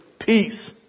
peace